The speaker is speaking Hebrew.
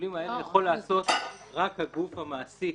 השיקולים האלה יכול לעשות רק הגוף המעסיק.